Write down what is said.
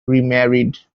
remarried